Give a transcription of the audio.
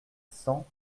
cent